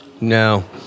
no